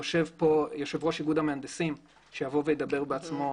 יושב פה יו"ר איגוד המהנדסים שידבר בעצמו,